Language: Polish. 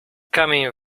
kamień